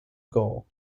goal